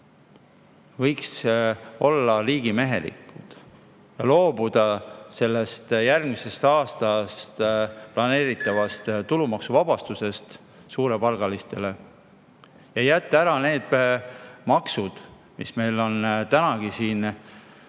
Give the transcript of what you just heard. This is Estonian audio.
Võiks olla riigimehelikud, loobuda järgmisest aastast planeeritavast tulumaksuvabastusest suurepalgalistele ja jätta ära need maksud, mis meil täna kavas